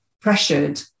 pressured